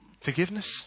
Forgiveness